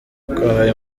twahaye